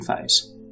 phase